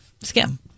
skim